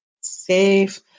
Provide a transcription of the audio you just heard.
Safe